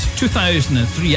2003